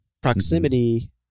proximity